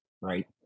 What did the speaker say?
right